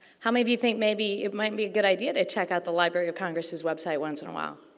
how many of you think maybe it might be a good idea to check out the library of congress's website once in a while?